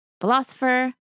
philosopher